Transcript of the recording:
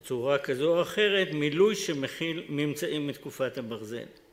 צורה כזו או אחרת, מילוי שמכיל ממצאים מתקופת הברזל.